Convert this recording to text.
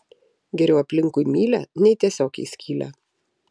geriau aplinkui mylią nei tiesiog į skylę